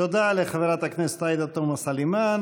תודה לחברת הכנסת עאידה תומא סלימאן.